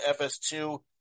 FS2